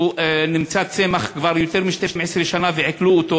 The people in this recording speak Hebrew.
שהוא צמח יותר מ-12 שנה, ועיקלו.